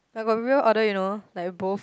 but got people order you know like both